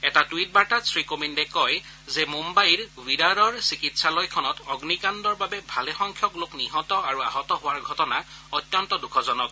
এটা টুইট বাৰ্তাত শ্ৰীকোবিন্দে কয় যে মুম্নাইৰ ৱিৰাৰৰ চিকিৎসালয়খনত অগ্নিকাণ্ডৰ বাবে ভালেসংখ্যক লোক নিহত আৰু আহত হোৱাৰ ঘটনা অত্যন্ত দুখজনক